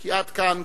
כי עד כאן כתבתי.